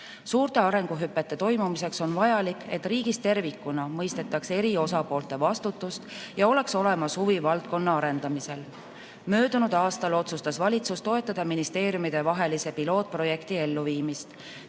Suurte arenguhüpete toimumiseks on vajalik, et riigis tervikuna mõistetaks eri osapoolte vastutust ja oleks olemas huvi valdkonna arendamisel. Möödunud aastal otsustas valitsus toetada ministeeriumidevahelise pilootprojekti elluviimist,